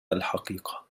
الحقيقة